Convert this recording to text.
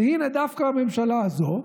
והינה, דווקא הממשלה הזאת,